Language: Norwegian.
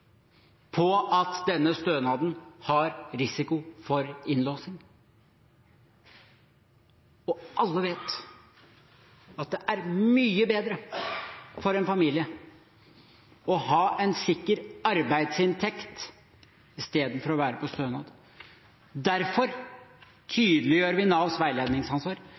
på at denne stønaden har risiko for innlåsing, og alle vet at det er mye bedre for en familie å ha en sikker arbeidsinntekt enn å være på stønad. Derfor tydeliggjør vi Navs veiledningsansvar,